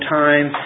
time